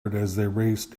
raced